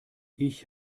ich